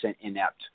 inept